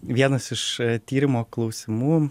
vienas iš tyrimo klausimų